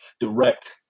direct